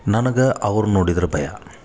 ನನ್ಗೆ ಅವ್ರ್ನ ನೋಡಿದ್ರೆ ಭಯ